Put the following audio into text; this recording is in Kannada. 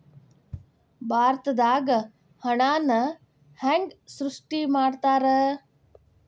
ಭಾರತದಾಗ ಹಣನ ಹೆಂಗ ಸೃಷ್ಟಿ ಮಾಡ್ತಾರಾ